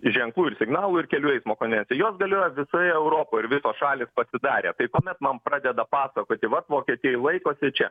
ženklų ir signalų ir kelių eismo konvencija jos galioja visoje europoj ir visos šalys pasidarė tai kuomet man pradeda pasakoti vat vokietijoj laikosi čia